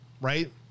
right